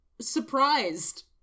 surprised